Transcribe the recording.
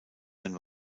ein